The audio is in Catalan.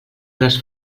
gros